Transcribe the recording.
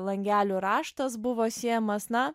langelių raštas buvo siejamas na